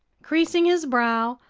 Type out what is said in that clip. creasing his brow,